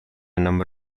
number